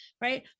right